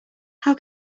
how